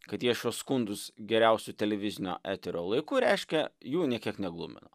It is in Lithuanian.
kad jie šiuos skundus geriausiu televizinio eterio laiku reiškia jų nė kiek neglumino